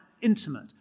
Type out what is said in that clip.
intimate